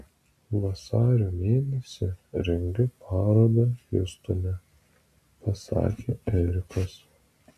vasario mėnesį rengiu parodą hjustone pasakė erikas